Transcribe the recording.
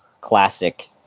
classic